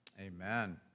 Amen